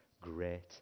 great